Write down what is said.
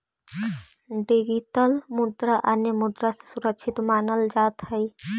digital मुद्रा अन्य मुद्रा से सुरक्षित मानल जात हई